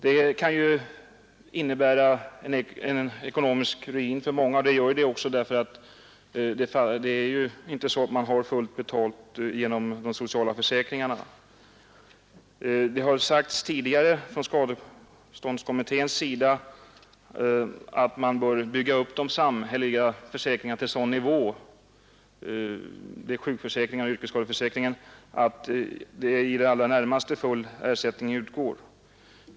Det kan ju innebära ekonomisk ruin för många — och gör det också — därför att man ju inte får ersättning motsvarande full lön genom de sociala försäkringarna. Skadeståndskommittén har tidigare uttalat att man bör bygga ut de samhälleliga försäkringarna, dvs. sjukförsäkringar och yrkesskadeförsäkringar, till sådan nivå att i det allra närmaste full ersättning skall utgå.